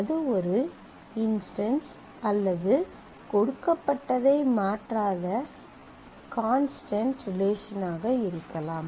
அது ஒரு இன்ஸ்டன்ஸ் அல்லது கொடுக்கப்பட்டதை மாற்றாத கான்ஸ்டன்ட் ரிலேஷன் ஆக இருக்கலாம்